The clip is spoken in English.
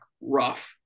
rough